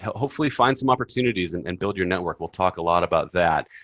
hopefully find some opportunities and and build your network. we'll talk a lot about that.